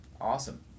Awesome